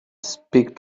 speak